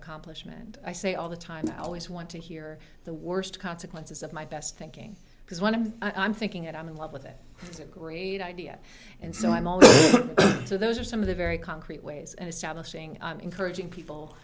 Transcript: accomplishment i say all the time i always want to hear the worst consequences of my best thinking because one of the i'm thinking and i'm in love with it it's a great idea and so i'm all so those are some of the very concrete ways and establishing encouraging people